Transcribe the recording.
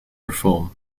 reform